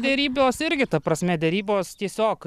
derybos irgi ta prasme derybos tiesiog